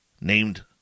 named